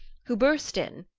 who burst in,